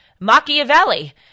Machiavelli